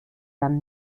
dann